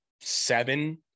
seven